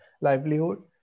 livelihood